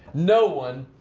no one.